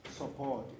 support